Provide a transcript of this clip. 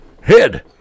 Head